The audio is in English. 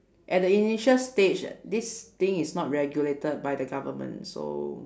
at the initial stage this thing is not regulated by the government so